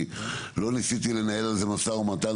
אני לא ניסיתי לנהל על זה משא ומתן,